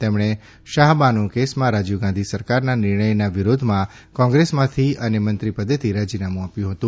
તેમણે શાહબાનોકેસમાં રાજીવ ગાંધી સરકારના નિર્ણયના વિરોધમાં કોંગ્રેસમાંથી અનેમંત્રીપદેથી રાજીનામું આપ્યું હતું